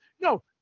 No